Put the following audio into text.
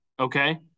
Okay